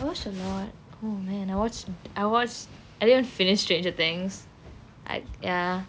I watched a lot oh man I watched I watched I didn't even finish stranger things I ya